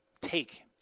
Take